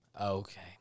Okay